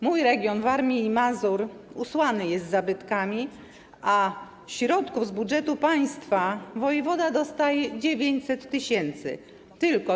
Mój region Warmii i Mazur jest usłany zabytkami, a środków z budżetu państwa wojewoda dostaje 900 tys. Tylko.